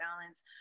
balance